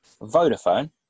Vodafone